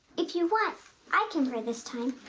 if you want i can pray this time.